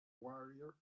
warrior